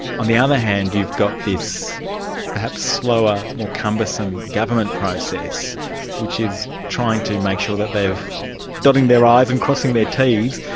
on the other hand you've got this perhaps slower, more cumbersome government process which is trying to make sure that they've dotting their i's and crossing their t's,